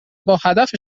باهدف